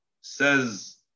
says